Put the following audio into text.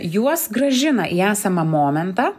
juos grąžina į esamą momentą